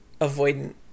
avoidant